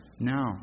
now